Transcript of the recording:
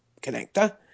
connector